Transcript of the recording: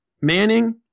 Manning